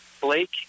Blake